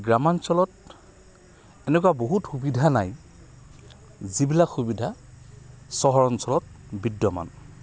গ্ৰামাঞ্চলত এনেকুৱা বহুত সুবিধা নাই যিবিলাক সুবিধা চহৰ অঞ্চলত বিদ্যমান